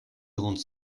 grande